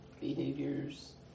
behaviors